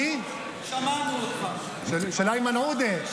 מי שלא תומך בסרבנות הוא כבר לא טוב בשבילך?